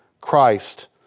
Christ